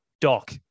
Doc